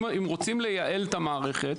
אם רוצים לייעל את המערכת,